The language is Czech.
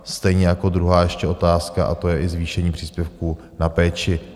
Stejně jako ještě druhá otázka, a to je i zvýšení příspěvku na péči.